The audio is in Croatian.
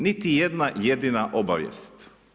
Niti jedna jedina obavijest.